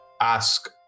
Ask